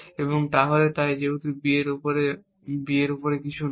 এবং তাহলে তাই যেহেতু B এর উপরে B এর কিছু নেই